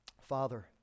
Father